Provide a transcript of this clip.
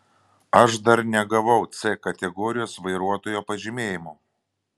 aš dar negavau c kategorijos vairuotojo pažymėjimo